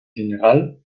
general